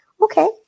okay